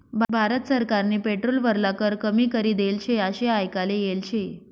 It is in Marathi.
भारत सरकारनी पेट्रोल वरला कर कमी करी देल शे आशे आयकाले येल शे